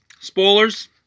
Spoilers